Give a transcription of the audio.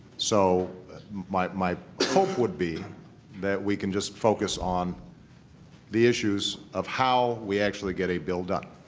so my my hope would be that we can just focus on the issues of how we actually get a bill done.